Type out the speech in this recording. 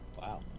Wow